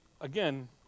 again